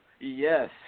Yes